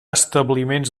establiments